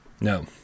No